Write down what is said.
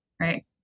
right